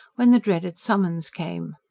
when the dreaded summons came.